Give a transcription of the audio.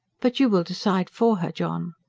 but you will decide for her, john.